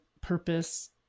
purpose